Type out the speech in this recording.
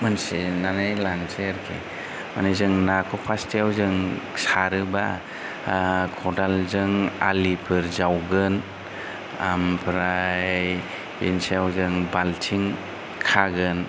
मिन्थिनानै लानोसै आरोखि मानि जों नाखौ फार्स्टआव जों नाखौ सारोब्ला खदालजों आलिफोर जावगोन आमफ्राय बिनि सायाव जों बालथिं खागोन